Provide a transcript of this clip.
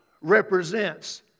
represents